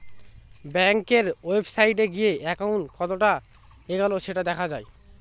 ব্যাঙ্কের ওয়েবসাইটে গিয়ে একাউন্ট কতটা এগোলো সেটা দেখা যাবে